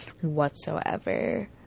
whatsoever